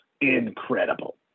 incredible